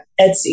Etsy